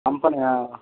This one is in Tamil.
கம்பெனியா